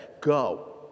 go